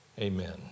Amen